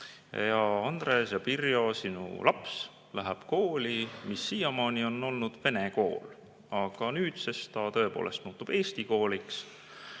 head Andres ja Birjo, teie laps läheb sinna kooli, mis siiamaani on olnud vene kool, aga nüüdsest ta tõepoolest muutub eesti kooliks.